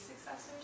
successors